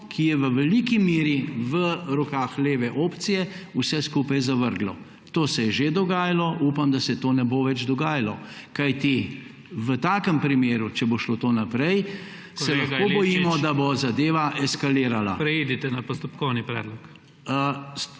ki je v veliki meri v rokah leve opcije, vse skupaj zavrglo. To se je že dogajalo, upam, da se to ne bo več dogajalo, kajti v takem primeru, če bo šlo to naprej, se lahko bojimo, da bo zadeva eskalirala. PREDSEDNIK IGOR ZORČIČ: Kolega